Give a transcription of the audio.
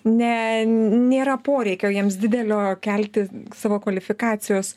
ne nėra poreikio jiems didelio kelti savo kvalifikacijos